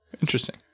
interesting